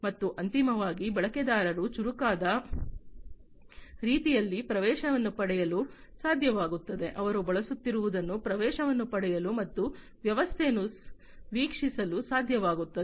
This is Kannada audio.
ಮತ್ತು ಅಂತಿಮವಾಗಿ ಬಳಕೆದಾರರು ಚುರುಕಾದ ರೀತಿಯಲ್ಲಿ ಪ್ರವೇಶವನ್ನು ಪಡೆಯಲು ಸಾಧ್ಯವಾಗುತ್ತದೆ ಅವರು ಬಳಸುತ್ತಿರುವುದನ್ನು ಪ್ರವೇಶವನ್ನು ಪಡೆಯಲು ಮತ್ತು ವ್ಯವಸ್ಥೆಯನ್ನು ವೀಕ್ಷಿಸಲು ಸಾಧ್ಯವಾಗುತ್ತದೆ